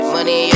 Money